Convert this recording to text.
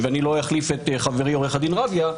ולא אחליף את חברי עו"ד רביה,